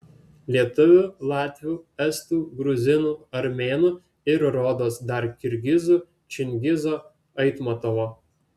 lietuvių latvių estų gruzinų armėnų ir rodos dar kirgizų čingizo aitmatovo